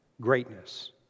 greatness